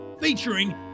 Featuring